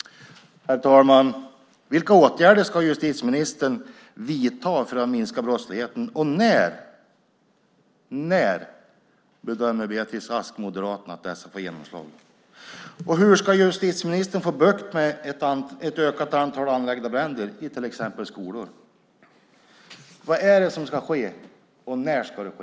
Herr talman! Vilka åtgärder ska justitieministern vidta för att minska brottsligheten? Och när bedömer Beatrice Ask, Moderaterna, att dessa åtgärder får genomslag? Hur ska justitieministern få bukt med ett ökat antal anlagda bränder i till exempel skolor? Vad är det som ska ske, och när ska det ske?